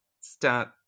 start